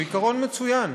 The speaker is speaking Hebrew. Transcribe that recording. הוא עיקרון מצוין.